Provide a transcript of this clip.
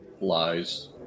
Lies